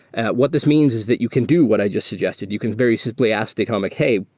and what this means is that you can do what i just suggested. you can very simply ask datomic, hey,